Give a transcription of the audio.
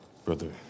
brother